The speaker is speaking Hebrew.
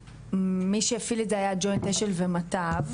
מי שהפעיל את זה היה ג'וינט אשל ומטב,